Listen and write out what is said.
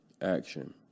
action